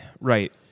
Right